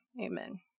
Amen